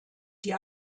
die